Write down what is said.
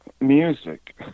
music